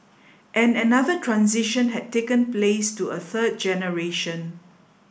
and another transition had taken place to a third generation